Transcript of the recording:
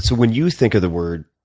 so when you think of the word